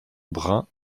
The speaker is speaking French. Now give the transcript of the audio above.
brun